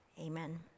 Amen